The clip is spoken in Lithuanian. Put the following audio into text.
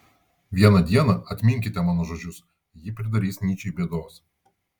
vieną dieną atminkite mano žodžius ji pridarys nyčei bėdos